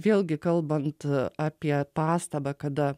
vėlgi kalbant apie pastabą kada